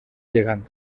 gegant